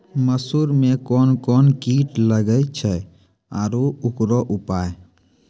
मसूर मे कोन कोन कीट लागेय छैय आरु उकरो उपाय?